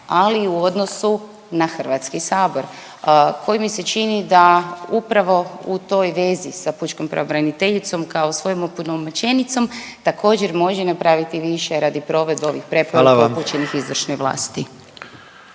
ali i u odnosu na Hrvatski sabor koji mi se čini da upravo u toj vezi sa Pučkom pravobraniteljicom kao svojom opunomoćenicom, također može napraviti više radi provedbe ovih preporuka …/Upadica